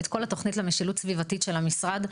את כל התוכנית למשילות סביבתית של המשרד,